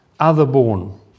otherborn